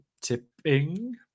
tipping